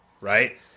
right